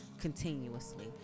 continuously